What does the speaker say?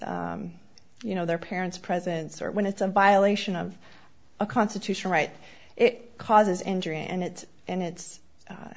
you know their parents presence or when it's a violation of a constitutional right it causes injury and it and it's